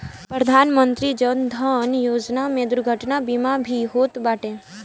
प्रधानमंत्री जन धन योजना में दुर्घटना बीमा भी होत बाटे